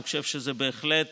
אני חושב שזה בהחלט